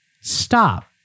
stop